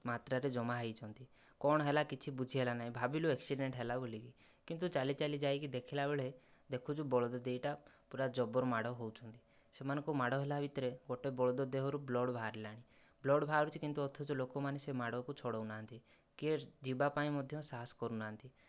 ମାତ୍ରାରେ ଜମା ହୋଇଛନ୍ତି କଣ ହେଲା କିଛି ବୁଝି ହେଲାନାହିଁ ଭାବିଲୁ ଆକ୍ସିଡେଣ୍ଟ ହେଲା ବୋଲିକି କିନ୍ତୁ ଚାଲି ଚାଲି ଯାଇକି ଦେଖିଲା ବେଳେ ଦେଖୁଛୁ ବଳଦ ଦୁଇଟା ପୁରା ଜବର ମାଡ଼ ହେଉଛନ୍ତି ସେମାନଙ୍କ ମାଡ଼ ହେଲା ଭିତରେ ଗୋଟିଏ ବଳଦ ଦେହରୁ ବ୍ଲଡ଼ ବାହାରିଲାଣି ବ୍ଲଡ଼ ବାହାରୁଛି କିନ୍ତୁ ଅଥଚ ଲୋକମାନେ ସେ ମାଡ଼କୁ ଛଡ଼ାଉ ନାହାନ୍ତି କିଏ ଯିବା ପାଇଁ ମଧ୍ୟ ସାହସ କରୁନାହାନ୍ତି